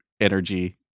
energy